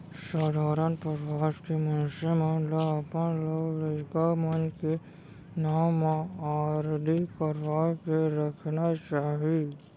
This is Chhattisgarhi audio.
सधारन परवार के मनसे मन ल अपन लोग लइका मन के नांव म आरडी करवा के रखना चाही